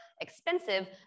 expensive